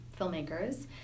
filmmakers